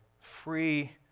free